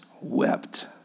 wept